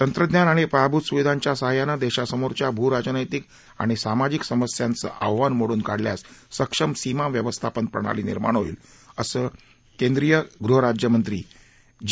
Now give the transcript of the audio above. तंत्रज्ञान आणि पायाभूत सुविधांच्या सहाय्यानं देशासमोरच्या भू राजनैतीक आणि सामाजिक समस्यांचं आव्हान मोडून काढल्यास सक्षम सीमा व्यवस्थापन प्रणाली निर्माण होईल असं ग्रहकेंद्रीय गृह राज्यमंत्री जी